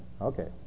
Okay